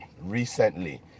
recently